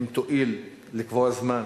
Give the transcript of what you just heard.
אם תואיל לקבוע זמן,